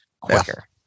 quicker